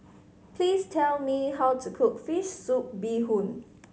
please tell me how to cook fish soup bee hoon